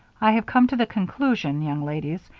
i have come to the conclusion, young ladies,